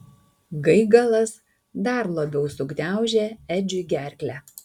gaigalas dar labiau sugniaužė edžiui gerklę